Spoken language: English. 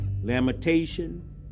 lamentation